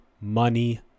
money